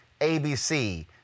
ABC